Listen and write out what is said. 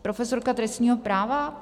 Profesorka trestního práva?